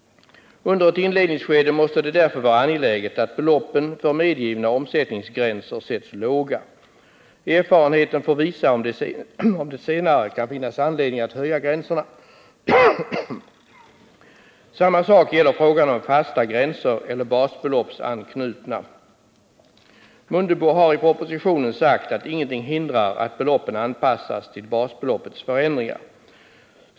I ett inledningsskede måste det därför vara angeläget att beloppen för medgivna omsättningsgränser sätts låga. Erfarenheten får visa om det senare kan finnas anledning att höja gränserna. Samma sak gäller frågan om fasta eller basbeloppsanknutna gränser. Ingemar Mundebo säger i propositionen att ingenting hindrar att beloppen anpassas till basbeloppets förändringar.